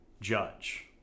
judge